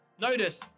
Notice